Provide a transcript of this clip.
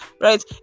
right